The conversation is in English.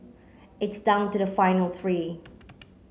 it's down to the final three